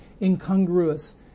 incongruous